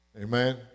Amen